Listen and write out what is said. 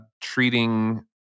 treating